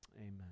Amen